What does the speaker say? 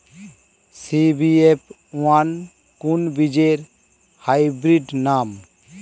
CBF one কোন বীজের hybrid নাম?